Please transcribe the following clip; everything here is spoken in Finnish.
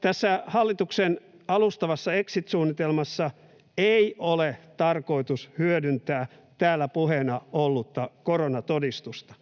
Tässä hallituksen alustavassa exit-suunnitelmassa ei ole tarkoitus hyödyntää täällä puheena ollutta koronatodistusta,